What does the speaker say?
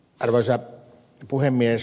arvoisa puhemies